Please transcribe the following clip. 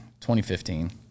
2015